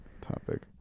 topic